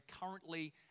currently